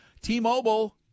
t-mobile